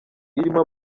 irimo